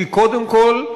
כי קודם כול,